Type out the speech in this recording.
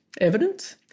evidence